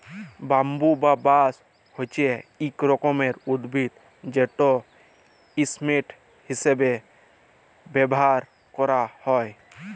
bamboo বা বাঁশ হছে ইক রকমের উদ্ভিদ যেট ইসটেম হিঁসাবে ব্যাভার ক্যারা হ্যয়